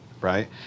right